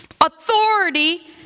authority